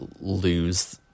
lose